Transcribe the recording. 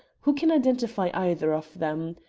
who can identify either of them?